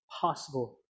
possible